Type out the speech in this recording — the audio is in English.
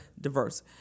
diverse